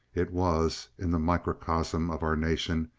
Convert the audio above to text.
it was, in the microcosm of our nation,